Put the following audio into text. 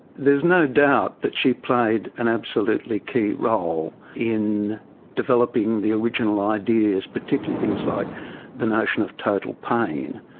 there's no doubt that she played an absolutely key role in developing the original ideas, particularly things like the notion of total pain.